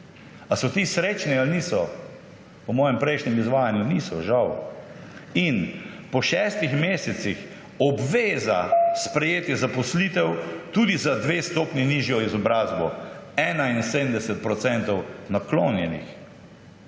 Ali so ti srečni ali niso? Po mojem prejšnjem izvajanju niso, žal. In po šestih mesecih obveza sprejetja zaposlitev tudi z za dve stopnji nižjo izobrazbo, 71 % naklonjenih.